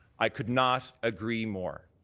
i could not agree more.